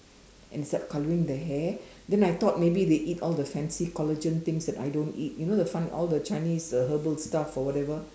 and start colouring their hair then I thought maybe they eat all the fancy collagen things that I don't eat you know the fun all the Chinese uh herbal stuff or whatever